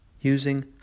using